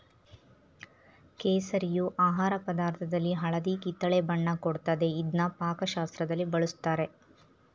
ಕೇಸರಿಯು ಆಹಾರ ಪದಾರ್ಥದಲ್ಲಿ ಹಳದಿ ಕಿತ್ತಳೆ ಬಣ್ಣ ಕೊಡ್ತದೆ ಇದ್ನ ಪಾಕಶಾಸ್ತ್ರದಲ್ಲಿ ಬಳುಸ್ತಾರೆ